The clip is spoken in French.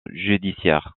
judiciaire